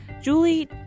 Julie